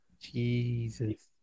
Jesus